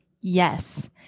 yes